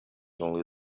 only